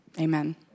Amen